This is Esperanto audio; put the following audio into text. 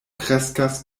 kreskas